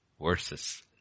verses